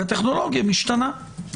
כי הטכנולוגיה משתנה.